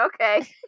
Okay